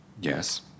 Yes